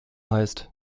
heißt